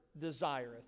desireth